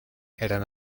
eran